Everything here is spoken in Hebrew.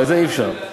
אבל אי-אפשר לעשות